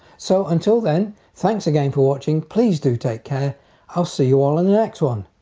so until then thanks again for watching please do take care i'll see you all in the next one.